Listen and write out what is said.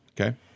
Okay